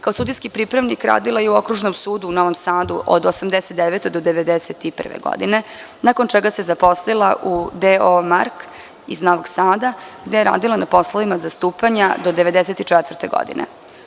Kao sudijski pripravnik radila je u Okružnom sudu u Novom Sadu od 1989. do 1991. godine, nakon čega se zaposlila u DOO „Mark“ iz Novog Sada, gde je radila na poslovima zastupanja do 1994. godine.